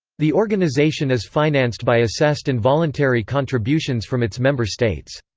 the organization is financed by assessed and voluntary contributions from its member states.